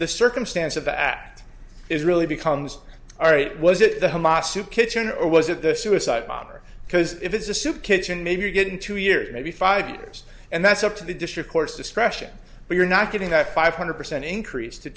the circumstance of the act is really becomes all right was it the hamas soup kitchen or was it the suicide bomber because it is a soup kitchen maybe you get in two years maybe five years and that's up to the district court's discretion but you're not giving that five hundred percent increase to